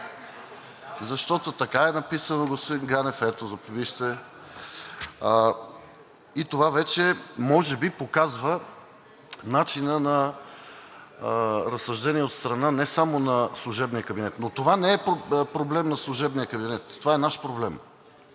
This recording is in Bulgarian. Защото така е написано, господин Ганев, ето вижте (показва), и това може би показва начина на разсъждение от страна не само на служебния кабинет, но това не е проблем на служебния кабинет, това е наш проблем